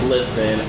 Listen